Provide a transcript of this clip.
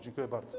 Dziękuję bardzo.